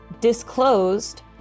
disclosed